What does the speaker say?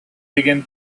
began